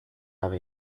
have